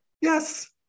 yes